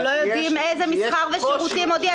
אנחנו לא יודעים איזה מסחר ושירותים עוד יש.